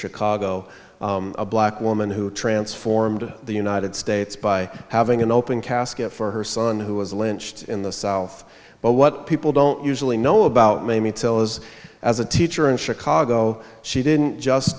chicago a black woman who transformed the united states by having an open casket for her son who was lynched in the south but what people don't usually know about mamie till is as a teacher in chicago she didn't just